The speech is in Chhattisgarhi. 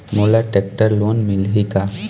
मोला टेक्टर लोन मिलही का?